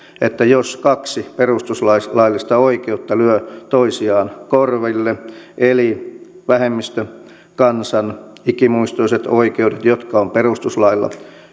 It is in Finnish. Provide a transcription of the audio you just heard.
jos kaksi perustuslaillista oikeutta lyövät toisiaan korville eli vähemmistökansan ikimuistoiset oikeudet jotka on perustuslailla